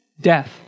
Death